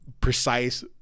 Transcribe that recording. precise